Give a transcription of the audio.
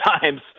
times